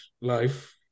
life